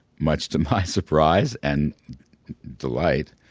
much to my surprise and delight.